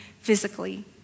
physically